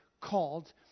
called